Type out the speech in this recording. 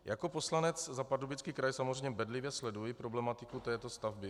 Jako poslanec za Pardubický kraj samozřejmě bedlivě sleduji problematiku této stavby.